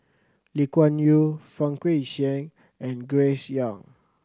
Lee Kuan Yew Fang Guixiang and Grace Young